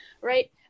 Right